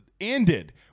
ended